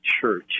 church